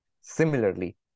Similarly